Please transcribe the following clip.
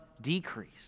decrease